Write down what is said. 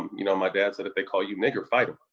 you know, my dad said, if they call you nigger, fight em.